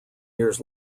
years